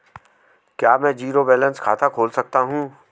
क्या मैं zero balance खाता खोल सकता हूँ?